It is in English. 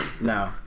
No